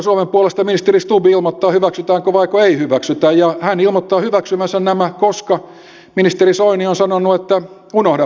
suomen puolesta ministeri stubb ilmoittaa hyväksytäänkö vaiko ei hyväksytä ja hän ilmoittaa hyväksyvänsä nämä koska ministeri soini on sanonut että unohda vanhat puheeni